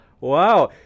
wow